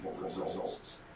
results